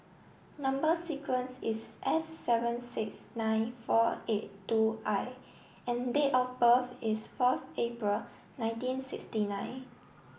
number sequence is S seven six nine four eight two I and date of birth is fourth April nineteen sixty nine